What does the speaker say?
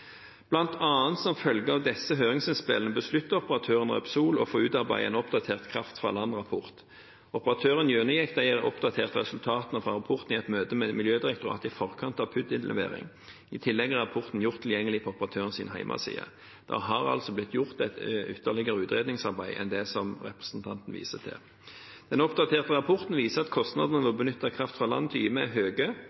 som følge av disse høringsinnspillene besluttet operatøren Repsol å få utarbeidet en oppdatert kraft fra land-rapport. Operatøren gjennomgikk de oppdaterte resultatene fra rapporten i et møte med Miljødirektoratet i forkant av PUD-innlevering. I tillegg er rapporten gjort tilgjengelig på operatørens hjemmeside. Det har altså blitt gjort et ytterligere utredningsarbeid enn det som representanten viser til. Den oppdaterte rapporten viser at kostnadene